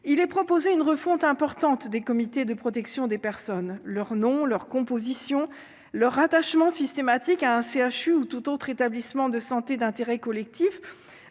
il est proposé une refonte importante des comités de protection des personnes, leur nom, leur composition, leur rattachement systématique à un CHU ou tout autre établissement de santé d'intérêt collectif